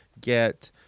get